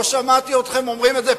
לא שמעתי אתכם אומרים את זה,